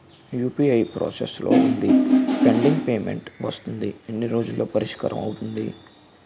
UPI process లో వుందిపెండింగ్ payment వస్తుంది ఎన్ని రోజుల్లో పరిష్కారం అవుతుంది